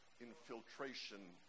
infiltration